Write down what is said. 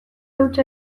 hutsa